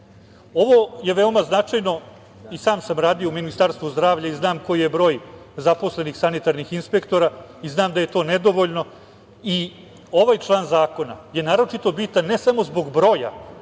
Ovo je veoma značajno i sam sam radio u Ministarstvo zdravlja i znam koji je broj zaposlenih sanitarnih inspektora i znam da je to nedovoljno i ovaj član zakona je naročito bitan ne samo zbog broja